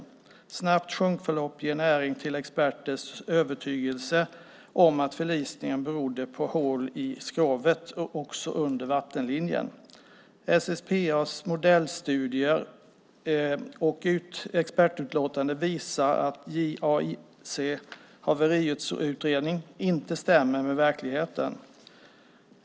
Ett snabbt sjunkförlopp ger näring till experters övertygelse om att förlisningen berodde på hål i skrovet, också under vattenlinjen. SSPA:s modellstudier och expertutlåtande visar att JAIC:s haveriutredning inte stämmer med verkligheten.